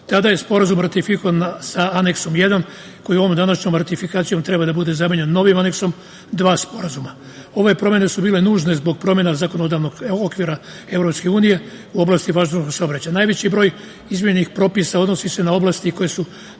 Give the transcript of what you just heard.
Tada je Sporazum ratifikovan sa Aneksom 1. koji ovom današnjom ratifikacijom treba da bude zamenjen novim Aneksom 2, Sporazuma. Ove promene su bile nužne zbog promena zakonodavnog okvira EU u oblasti vazdušnog saobraćaja. Najveći broj izmenjenih propisa odnosi se na oblasti koje su